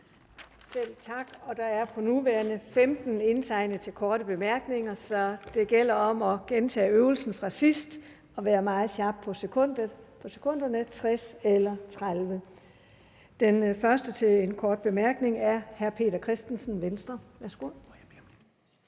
Selv tak. Der er på nuværende tidspunkt indtegnet 15 til korte bemærkninger, så det gælder om at gentage øvelsen fra sidst og være meget sharp på sekunderne, 60 eller 30. Den første til en kort bemærkning er hr. Peter Christensen, Venstre. Værsgo.